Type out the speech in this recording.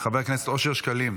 חבר הכנסת אושר שקלים,